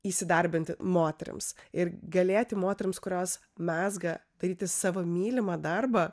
įsidarbinti moterims ir galėti moterims kurios mezga daryti savo mylimą darbą